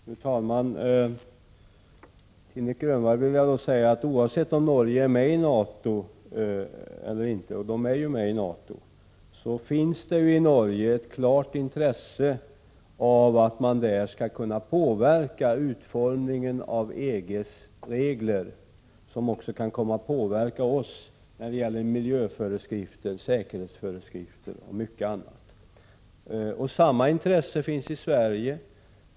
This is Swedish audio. Fru talman! Till Nic Grönvall vill jag säga att oavsett om Norge är med i NATO eller inte, och Norge är ju med i NATO, så finns det i Norge ett klart intresse av att kunna påverka utformningen av EG:s regler, som också kan komma att påverka oss när det gäller miljöföreskrifter, säkerhetsföreskrifter och mycket annat. Detta intresse finns alltså i Norge.